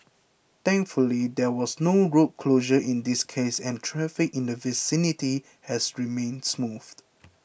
thankfully there was no road closure in this case and traffic in the vicinity has remained smooth